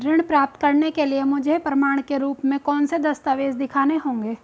ऋण प्राप्त करने के लिए मुझे प्रमाण के रूप में कौन से दस्तावेज़ दिखाने होंगे?